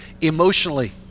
emotionally